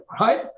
right